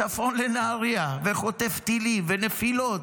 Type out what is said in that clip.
מצפון לנהריה וחוטף טילים ונפילות.